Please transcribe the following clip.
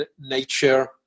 nature